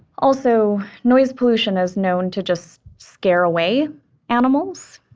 also, noise pollution is known to just scare away animals.